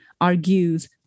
argues